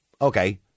Okay